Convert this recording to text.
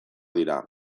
dira